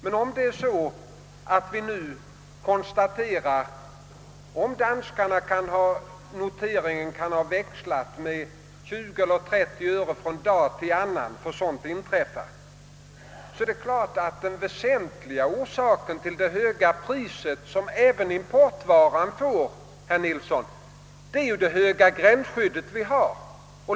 Men om vi nu konstaterar att danskarnas notering kan ha växlat med 20 eller 30 öre från en dag till en annan — ty sådant inträffar — är det klart att den väsentliga orsaken till det höga pris som importvaran får, herr Nilsson, är det höga gränsskydd vi har.